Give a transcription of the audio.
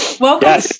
Welcome